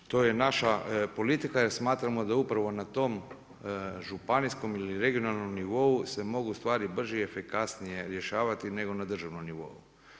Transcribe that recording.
I to je naša politika jer smatramo da upravo na tom županijskom ili regionalnom nivou se mogu stvari brže i efikasnije rješavati nego na državnom nivou.